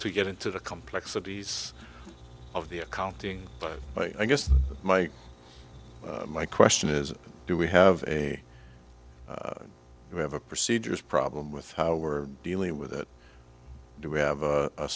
to get into the complexities of the accounting but i guess my my question is do we have a we have a procedures problem with how we're dealing with it do we have a